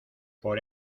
por